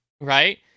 right